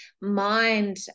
mind